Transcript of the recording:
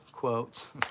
Quotes